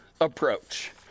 approach